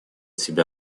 себя